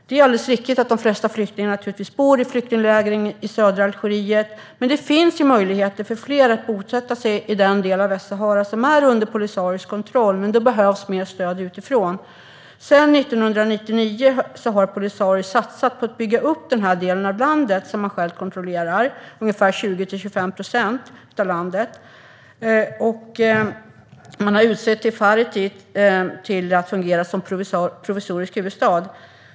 Det är alldeles riktigt att de flesta flyktingar bor i flyktingläger i södra Algeriet. Det finns möjligheter för fler att bosätta sig i den del av Västsahara som är under Polisarios kontroll, men då behövs mer stöd utifrån. Sedan 1999 har Polisario satsat på att bygga upp den del av landet som man själv kontrollerar - ungefär 20-25 procent av landet. Man har utsett Tifariti till att fungera som provisorisk huvudstad.